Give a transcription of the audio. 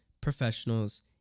professionals